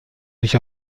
nicht